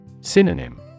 Synonym